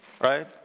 Right